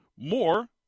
More